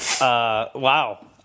Wow